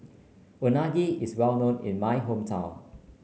unagi is well known in my hometown